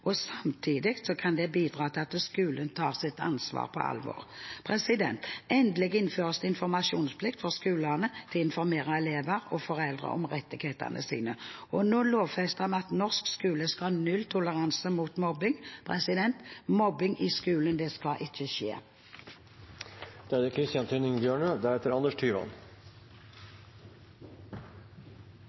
samtidig som det kan bidra til at skolen tar sitt ansvar på alvor. Endelig innføres det informasjonsplikt for skolene til å informere elever og foreldre om rettighetene deres. Og nå lovfester vi at norsk skole skal ha nulltoleranse mot mobbing. Mobbing i skolen skal ikke skje.